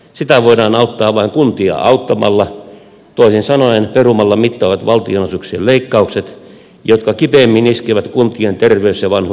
sitä voidaan auttaa vain kuntia auttamalla toisin sanoen perumalla mittavat valtionosuuksien leikkaukset jotka kipeimmin iskevät kuntien terveys ja vanhuspalveluihin